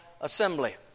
assembly